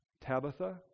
Tabitha